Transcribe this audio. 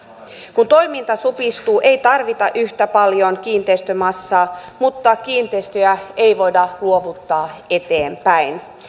kun toiminta supistuu ei tarvita yhtä paljon kiinteistömassaa mutta kiinteistöjä ei voida luovuttaa eteenpäin